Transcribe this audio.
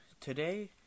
today